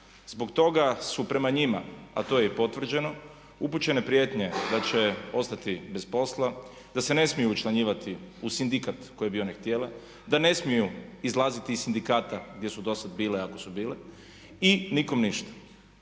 Zbog toga su prema njima a to je i potvrđeno upućene prijetnje da će ostati bez posla, da se ne smiju učlanjivati u sindikat koji bi one htjele, da ne smiju izlaziti iz sindikata gdje su dosad bile ako su bile i nikom ništa.